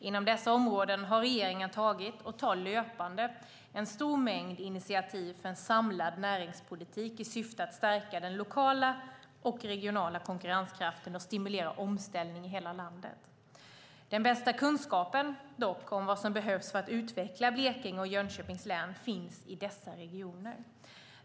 Inom dessa områden har regeringen tagit - och tar löpande - en stor mängd initiativ för en samlad näringspolitik i syfte att stärka den lokala och regionala konkurrenskraften och stimulera omställning i hela landet. Den bästa kunskapen om vad som behövs för att utveckla Blekinge och Jönköpings län finns dock i dessa regioner.